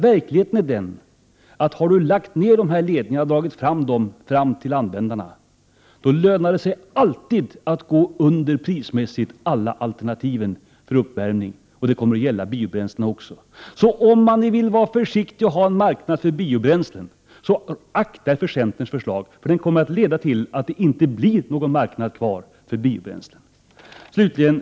Verkligheten är den, att har man lagt ner gasledningarna och dragit fram dem till användarna, lönar det sig alltid att prismässigt gå under alla alternativ för uppvärmning. Det kommer att gälla biobränslena också. Den som vill ha en marknad för biobränslen skall akta sig för centerns energipolitik. Den kommer att leda till att det inte blir någon marknad kvar för biobränslen. Herr talman!